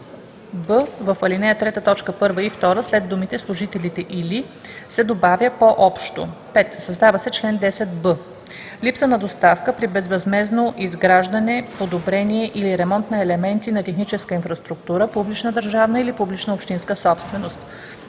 1 и 2 след думите „служителите или“ се добавя „по-общо”. 5. Създава се чл. 10б: „Липса на доставка при безвъзмездно изграждане, подобрение или ремонт на елементи на техническа инфраструктура – публична държавна или публична общинска собственост